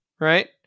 right